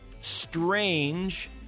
strange